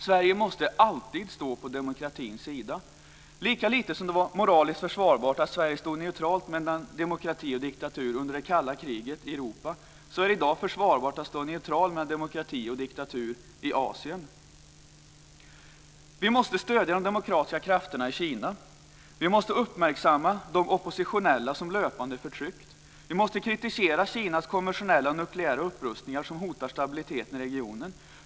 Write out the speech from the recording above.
Sverige måste alltid stå på demokratins sida. Lika lite som det var moraliskt försvarbart att Sverige stod neutralt mellan demokrati och diktatur under det kalla kriget i Europa är det i dag försvarbart att stå neutral mellan demokrati och diktatur i Asien. Vi måste stödja de demokratiska krafterna i Kina. Vi måste uppmärksamma de oppositionella som löpande förtrycks. Vi måste kritisera Kinas konventionella och nukleära upprustningar, som hotar stabiliteten i regionen.